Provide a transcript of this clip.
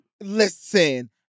Listen